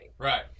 Right